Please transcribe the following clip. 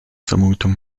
vermutung